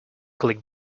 click